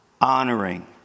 honoring